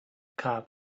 cop